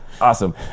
awesome